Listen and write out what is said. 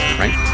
right